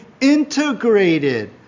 integrated